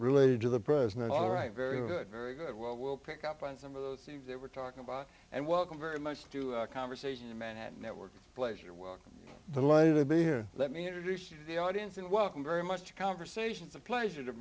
related to the president all right very good very good well we'll pick up on some of those themes that we're talking about and welcome very much to a conversation in manhattan network a pleasure to welcome the life to be here let me introduce you to the audience and welcome very much to conversations a pleasure to